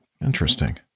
Interesting